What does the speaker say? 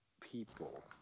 people